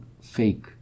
fake